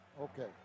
okay